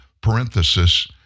parenthesis